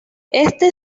éste